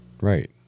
Right